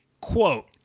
Quote